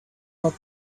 not